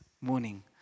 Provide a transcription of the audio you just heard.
morning